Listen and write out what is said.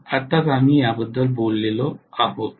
नाही आत्ताच आम्ही याबद्दल बोललो आहोत